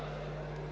Благодаря,